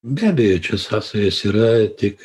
be abejo čia sąsajos yra tik